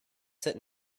sit